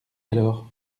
alors